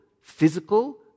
physical